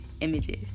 images